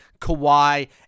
Kawhi